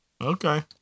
Okay